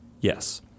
Yes